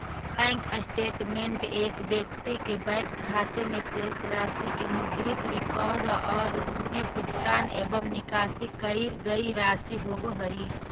bank statement एक व्यक्ति के बैंक खाते में शेष राशि के मुद्रित रिकॉर्ड और उमें भुगतान एवं निकाशी कईल गई राशि होव हइ